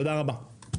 תודה רבה.